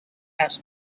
has